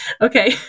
okay